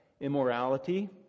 immorality